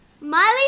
Miley